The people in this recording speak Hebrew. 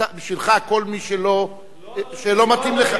בשבילך כל מי שלא מתאים לך,